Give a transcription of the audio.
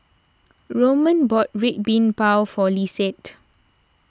Roman bought Red Bean Bao for Lisette